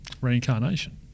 reincarnation